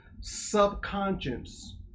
subconscious